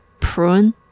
prune